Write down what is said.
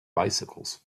bicycles